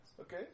Okay